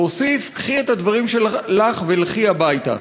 והוסיף: קחי את הדברים שלך ולכי הביתה,